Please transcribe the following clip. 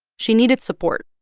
she needed support.